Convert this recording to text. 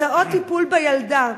הוצאות טיפול בילדה,